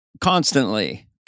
constantly